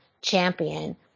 Champion